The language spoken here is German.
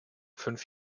fünf